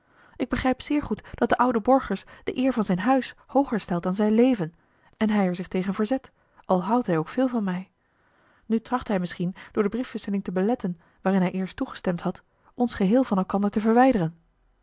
ik begrijp zeer goed dat de oude borgers de eer van zijn huis hooger stelt dan zijn leven en hij er zich tegen verzet al houdt hij ook veel van mij nu tracht hij misschien door de briefwisseling te beletten waarin hij eerst toegestemd had ons geheel van elkander te verwijderen